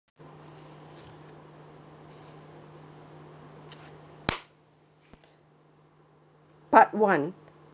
part one